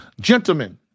gentlemen